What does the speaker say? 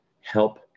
help